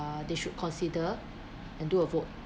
uh they should consider and do a vote